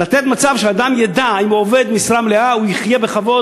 לתת מצב שאדם ידע שאם הוא עובד משרה מלאה הוא יחיה בכבוד,